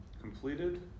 completed